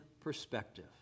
perspective